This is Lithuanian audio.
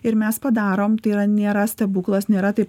ir mes padarom tai yra nėra stebuklas nėra taip